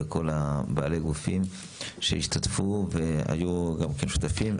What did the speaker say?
ובעלי גופים שהשתתפו והיו גם כן שותפים.